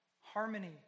harmony